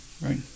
right